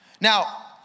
Now